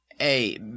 A